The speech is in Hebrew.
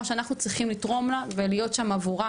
שאנחנו צריכים לתרום לה ולהיות של בשבילה,